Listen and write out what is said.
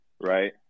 right